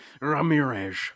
Ramirez